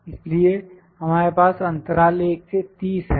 इसलिए हमारे पास अंतराल 1 से 30 है